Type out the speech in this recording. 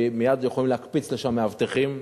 ומייד יכולים להקפיץ לשם מאבטחים.